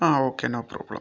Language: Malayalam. ആ ഓക്കെ നോ പ്രോബ്ലം